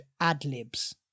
AdLibs